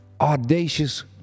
audacious